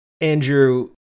Andrew